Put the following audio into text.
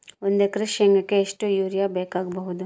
ಒಂದು ಎಕರೆ ಶೆಂಗಕ್ಕೆ ಎಷ್ಟು ಯೂರಿಯಾ ಬೇಕಾಗಬಹುದು?